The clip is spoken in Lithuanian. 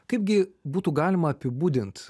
kaipgi būtų galima apibūdint